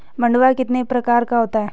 मंडुआ कितने प्रकार का होता है?